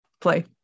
play